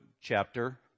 chapter